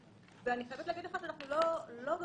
אני חייבת להגיד לך שאנחנו לא מהגדולים